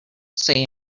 say